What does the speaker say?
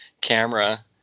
camera